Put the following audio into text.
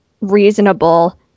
reasonable